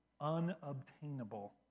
unobtainable